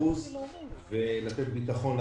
60% לתת ביטחון לבנקים,